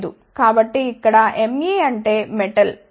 కాబట్టి ఇక్కడ ME అంటే మెటల్ సరే